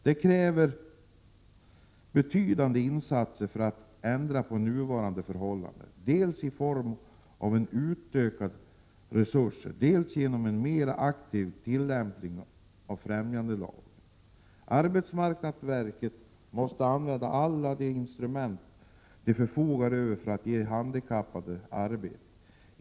Det krävs betydande insatser för att ändra på nuvarande förhållanden, dels i form av utökade resurser, dels genom en mer aktiv tillämpning av främjandelagen. Arbetsmarknadsverket måste använda alla de instrument det förfogar över för att ge handikappade arbete.